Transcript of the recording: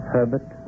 Herbert